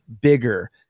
bigger